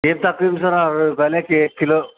ఏది తక్కువ ఉంది సార్ అరవై రూపాయలుకి కిలో